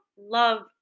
love